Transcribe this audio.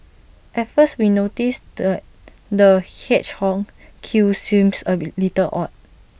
at first we noticed the hedgehog's quills seems A bit little odd